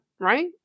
right